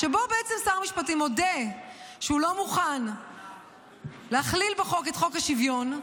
שבו בעצם שר המשפטים מודה שהוא לא מוכן להכליל בחוק את חוק השוויון,